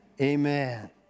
amen